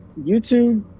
YouTube